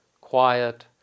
quiet